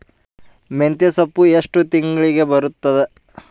ಮೆಂತ್ಯ ಸೊಪ್ಪು ಎಷ್ಟು ತಿಂಗಳಿಗೆ ಬರುತ್ತದ?